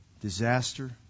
disaster